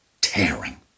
Tearing